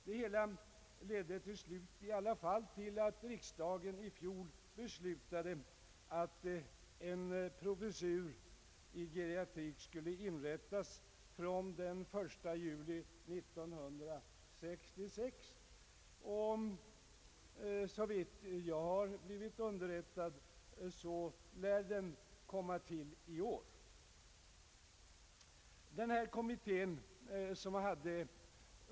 Det hela ledde i alla fall slutligen till att riksdagen förra året beslöt att en professur i geriatrik skulle inrättas från den 1 juli 1966; såvitt jag är riktigt underrättad skall den komma till stånd i år.